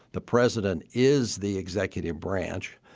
the president is the executive branch.